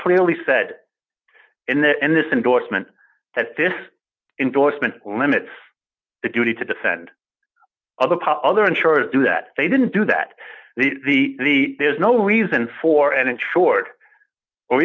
clearly said in the end this endorsement that this indorsement limits the duty to defend other pa other insurers do that they didn't do that the the the there's no reason for an insured or